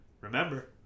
Remember